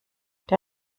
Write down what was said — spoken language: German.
der